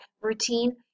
routine